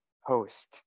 host